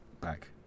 back